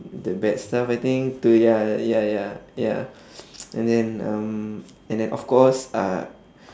the bad stuff I think to ya ya ya ya and then um and then of course uh